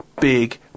big